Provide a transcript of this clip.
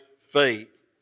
faith